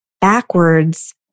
backwards